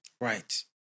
Right